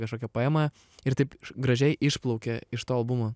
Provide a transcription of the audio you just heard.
kažkokią poemą ir taip gražiai išplaukia iš to albumo